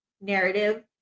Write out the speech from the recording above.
narrative